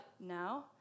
no